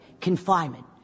confinement